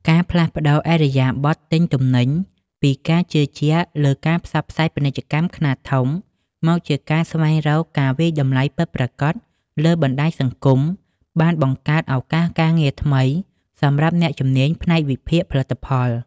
ការផ្លាស់ប្តូរឥរិយាបថទិញទំនិញពីការជឿជាក់លើការផ្សាយពាណិជ្ជកម្មខ្នាតធំ មកជាការស្វែងរកការវាយតម្លៃពិតប្រាកដលើបណ្តាញសង្គម បានបង្កើតឱកាសការងារថ្មីសម្រាប់អ្នកជំនាញផ្នែកវិភាគផលិតផល។